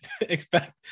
expect